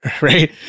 right